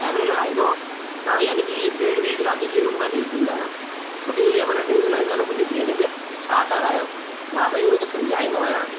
average लॻाईंदो त यानि कि ॾेढ ॿीं कलाक जी रोज़ु मां न्यूज़ सुनंदो आहियां छो कि जंहिं महिल न्यूज़ हलाईंदो आहियां त मुंहिंजी धीअ चवंदी आहे कि छा था हलायो मां भई हुनखे समुझाईंदो आहियां